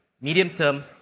medium-term